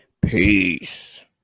Peace